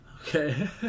Okay